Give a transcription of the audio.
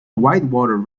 whitewater